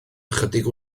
ychydig